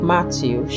Matthew